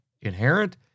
inherent